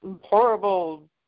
horrible